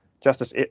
Justice